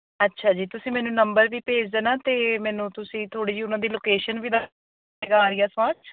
ਅੱਛਾ ਜੀ ਤੁਸੀਂ ਮੈਨੂੰ ਨੰਬਰ ਵੀ ਭੇਜ ਦੇਣਾ ਅਤੇ ਮੈਨੂੰ ਤੁਸੀਂ ਥੋੜ੍ਹੀ ਜਿਹੀ ਉਹਨਾਂ ਦੀ ਲੋਕੇਸ਼ਨ ਵੀ ਦੱਸ